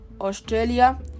Australia